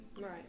right